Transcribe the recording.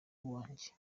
uwanjye